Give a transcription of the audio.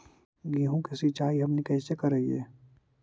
गेहूं के सिंचाई हमनि कैसे कारियय?